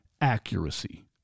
accuracy